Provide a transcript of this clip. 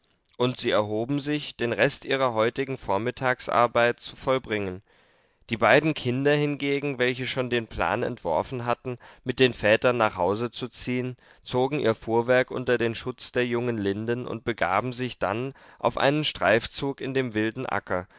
und sie erhoben sich den rest ihrer heutigen vormittagsarbeit zu vollbringen die beiden kinder hingegen welche schon den plan entworfen hatten mit den vätern nach hause zu ziehen zogen ihr fuhrwerk unter den schutz der jungen linden und begaben sich dann auf einen streifzug in dem wilden acker